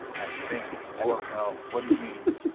i think. i don't know. what do you mean? but